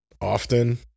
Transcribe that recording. often